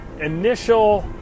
initial